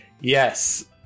yes